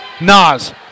Nas